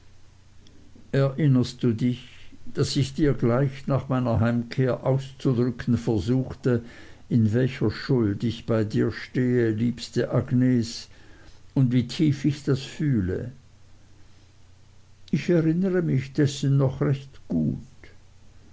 erinnerst du dich daß ich dir gleich nach meiner heimkehr auszudrücken versuchte in welcher schuld ich bei dir stehe liebste agnes und wie tief ich das fühle ich erinnere mich dessen noch recht gut